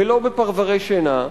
ולא בפרברי שינה.